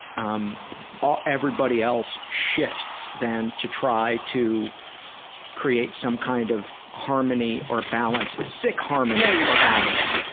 um ah everybody else shifts, then to try to create some kind of harmony or balance, sick harmony or balance,